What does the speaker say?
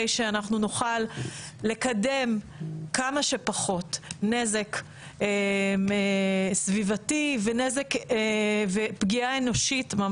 שאנחנו נוכל לקדם כמה שפחות נזק סביבתי ופגיעה אנושית.